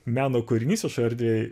meno kūrinys viešoj erdvėj